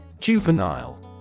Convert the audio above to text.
Juvenile